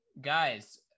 Guys